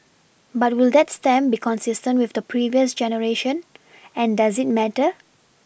but will that stamp be consistent with the previous generation and does it matter